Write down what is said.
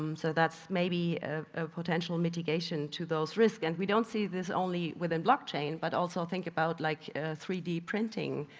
um so that's maybe a potential mitigation to those risks and we don't see this only within blockchain but also think about like three d printing,